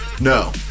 no